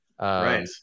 right